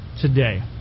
today